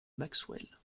maxwell